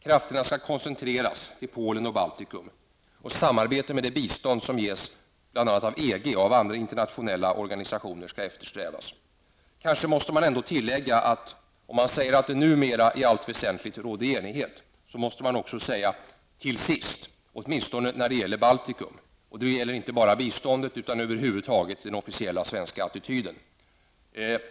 Krafterna skall koncentreras till Polen och Baltikum. Samarbete med det bistånd som ges bl.a. av EG och andra internationella organisationer skall eftersträvas. Man måste kanske ändå tillägga ''till sist'' när man säger att det numera i allt väsentligt råder enighet, åtminstone när det gäller Baltikum. Detta gäller inte bara biståndet utan över huvud taget den officiella svenska attityden.